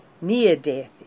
near-death